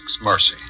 mercy